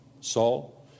Saul